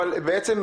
בעצם,